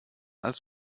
als